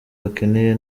bakeneye